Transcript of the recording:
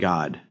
God